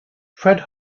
fred